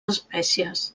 espècies